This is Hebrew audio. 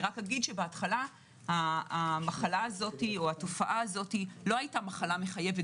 בהתחלה המחלה הזאת או התופעה הזאת לא היתה מחלה מחייבת